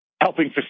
helping